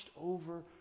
over